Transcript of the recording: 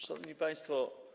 Szanowni Państwo!